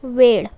वेळ